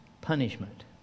punishment